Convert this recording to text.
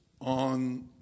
on